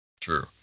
True